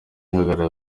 igaragaza